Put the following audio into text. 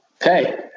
Hey